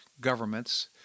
governments